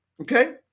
Okay